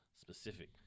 specific